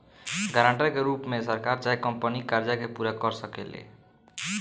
guarantor के रूप में सरकार चाहे कंपनी कर्जा के पूरा कर सकेले